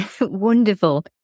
wonderful